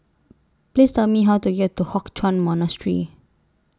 Please Tell Me How to get to Hock Chuan Monastery